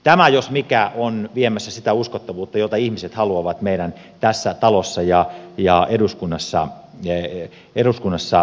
tämä jos mikä on viemässä sitä uskottavuutta jota ihmiset haluavat meidän tässä talossa ja eduskunnassa noudattavan